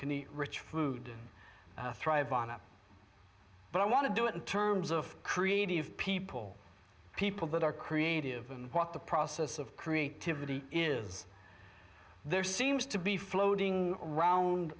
the rich food thrive on it but i want to do it in terms of creative people people that are creative and what the process of creativity is there seems to be floating around